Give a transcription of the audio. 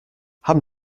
haben